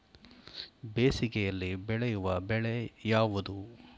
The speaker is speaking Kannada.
ಬೇಸಿಗೆಯಲ್ಲಿ ಬೆಳೆಯುವ ಬೆಳೆ ಯಾವುದು?